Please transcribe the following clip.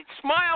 Smile